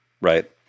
right